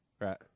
Right